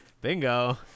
Bingo